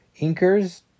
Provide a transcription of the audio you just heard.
Inkers